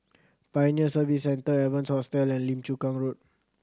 Pioneer Service Centre Evans Hostel and Lim Chu Kang Road